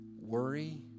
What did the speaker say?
worry